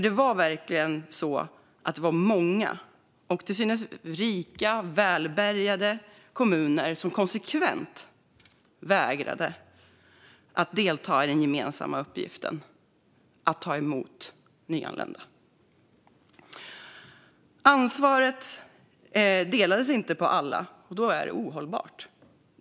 Det var många kommuner som till synes var rika och välbärgade men som konsekvent vägrade att delta i den gemensamma uppgiften att ta emot nyanlända. Ansvaret delades inte på alla, och då blev det ohållbart.